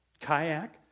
kayak